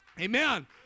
Amen